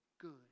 good